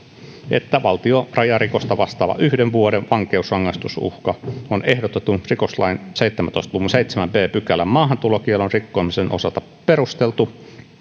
että valtionrajarikosta vastaava yhden vuoden vankeusrangaistusuhka on ehdotetun rikoslain seitsemäntoista luvun seitsemännen b pykälän maahantulokiellon rikkomisen osalta perusteltu